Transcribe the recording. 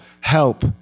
help